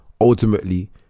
ultimately